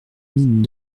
mine